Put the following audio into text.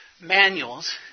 manuals